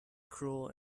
cruel